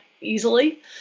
easily